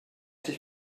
dich